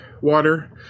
water